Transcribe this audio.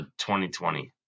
2020